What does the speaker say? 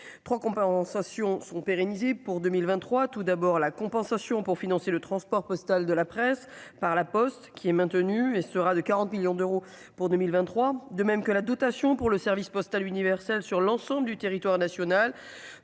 3 compensations sont pérennisées pour 2023 tout d'abord la compensation pour financer le transport postal de la presse, par la Poste qui est maintenue et sera de 40 millions d'euros pour 2023, de même que la dotation pour le service postal universel sur l'ensemble du territoire national